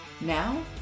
Now